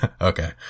Okay